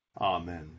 Amen